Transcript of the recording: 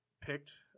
picked